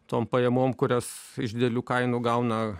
tom pajamom kurias iš didelių kainų gauna